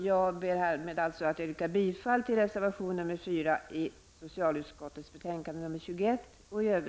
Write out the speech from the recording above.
Jag ber härmed att få yrka bifall till reservation nr 4 till socialutskottets betänkande nr